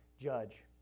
judge